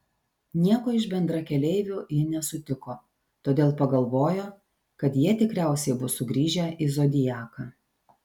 nieko iš bendrakeleivių ji nesutiko todėl pagalvojo kad jie tikriausiai bus sugrįžę į zodiaką